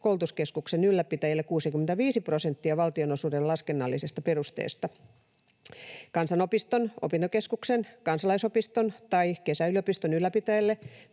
koulutuskeskuksen ylläpitäjälle 65 prosenttia valtionosuuden laskennallisesta perusteesta. Kansanopiston, opintokeskuksen, kansalaisopiston tai kesäyliopiston ylläpitäjälle